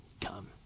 come